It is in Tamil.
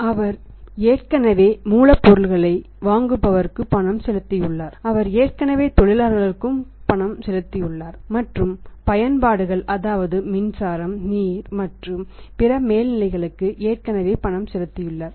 அவர் ஏற்கனவே மூலப்பொருட்களை வழங்குபவர்களுக்கு பணம் செலுத்தியுள்ளார் அவர் ஏற்கனவே தொழிலாளர்களுக்கு பணம் செலுத்தியுள்ளார் மற்ற பயன்பாடுகள் அதாவது மின்சாரம் நீர் மற்றும் பிற மேல்நிலைகளுக்கு ஏற்கனவே பணம் செலுத்தியுள்ளார்